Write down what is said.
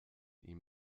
ihm